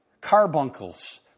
carbuncles